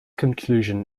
conclusion